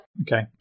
Okay